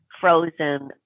frozen